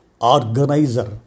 organizer